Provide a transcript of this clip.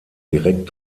direkt